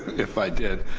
if i did.